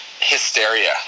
hysteria